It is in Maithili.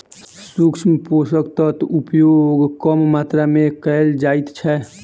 सूक्ष्म पोषक तत्वक उपयोग कम मात्रा मे कयल जाइत छै